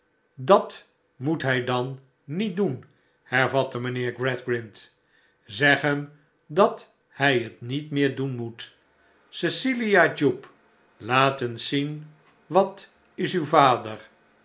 dat m o et hij dan niet doen hervatte mijnheer gradgrind zeg hem dat hij het niet meer doen moet cecilia jupe laat eens zien wat is uw vader